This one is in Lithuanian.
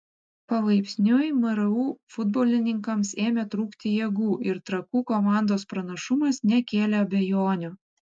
palaipsniui mru futbolininkams ėmė trukti jėgų ir trakų komandos pranašumas nekėlė abejonių